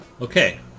Okay